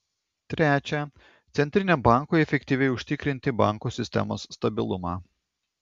trečia centriniam bankui efektyviai užtikrinti bankų sistemos stabilumą